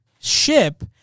ship